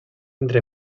entre